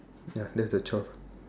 ya that's the twelfth